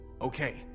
Okay